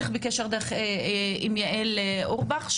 את בטח בקשר עם יעל אורבך,